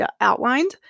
outlined